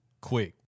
quick